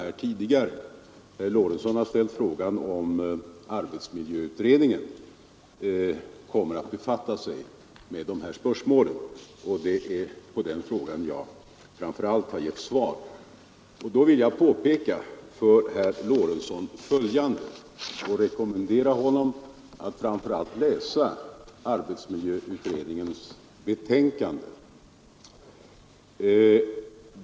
Herr Lorentzon har ställt frågan om arbetsmiljöutredningen kommer att befatta sig med dessa spörsmål, och det är på den frågan jag framför allt har gett svar. Jag vill rekommendera herr Lorentzon att läsa arbetsmiljöutredningens betänkande.